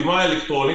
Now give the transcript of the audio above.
יש רמאויות,